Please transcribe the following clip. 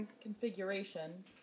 configuration